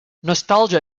nostalgia